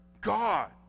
God